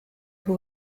who